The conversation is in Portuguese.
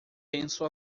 penso